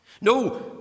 No